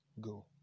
go